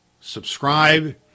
subscribe